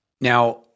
Now